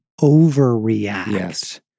overreact